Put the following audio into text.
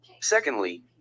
Secondly